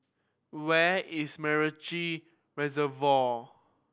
where is MacRitchie Reservoir